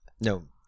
No